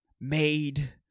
made